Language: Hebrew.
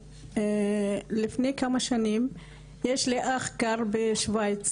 אני הבנתי שבתוכנית אין מה לטפל,